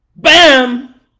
BAM